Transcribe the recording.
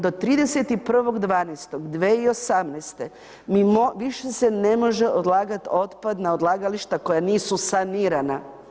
Do 31.12.2018., mi moramo, više se ne može odlagati otpad na odlagališta koja nisu sanirana.